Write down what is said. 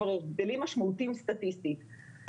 כבר הבדלים משמעותיים סטטיסטית.